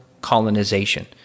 colonization